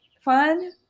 fun